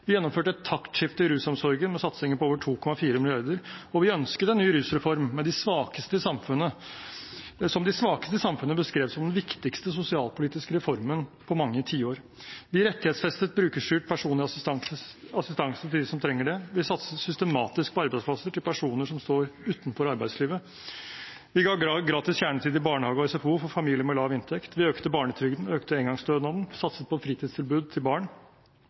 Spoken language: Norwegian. Vi gjennomførte et taktskifte i rusomsorgen med satsinger på over 2,4 mrd. kr, og vi ønsket en ny rusreform, som de svakeste i samfunnet beskrev som den viktigste sosialpolitiske reformen på mange tiår. Vi rettighetsfestet brukerstyrt personlig assistanse til dem som trenger det, og vi satset systematisk på arbeidsplasser til personer som står utenfor arbeidslivet. Vi ga gratis kjernetid i barnehage og SFO for familier med lav inntekt, vi økte barnetrygden, vi økte engangsstønaden, vi satset på fritidstilbud til barn,